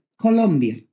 Colombia